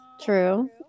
true